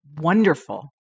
wonderful